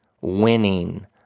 winning